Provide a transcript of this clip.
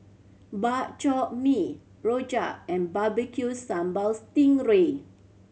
Bak Chor Mee rojak and Barbecue Sambal sting ray